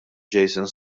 jason